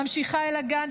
ממשיכה אל הגן,